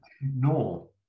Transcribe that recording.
No